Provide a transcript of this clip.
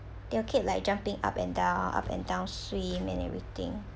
they were cute like jumping up and down up and down swim and everything